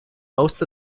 most